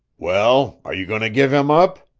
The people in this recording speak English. well, are you going to give him up?